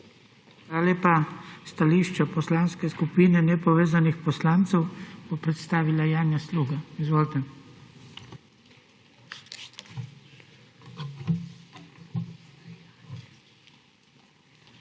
lepa. Stališča Poslanske skupine nepovezanih poslancev bo predstavila Janja Sluga. Izvolite.